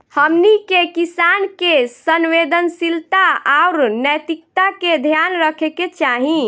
हमनी के किसान के संवेदनशीलता आउर नैतिकता के ध्यान रखे के चाही